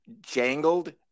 jangled